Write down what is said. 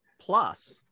plus